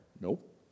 Nope